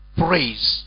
praise